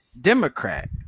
Democrat